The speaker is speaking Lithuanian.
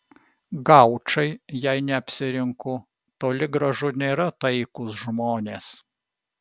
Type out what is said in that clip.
gaučai jei neapsirinku toli gražu nėra taikūs žmonės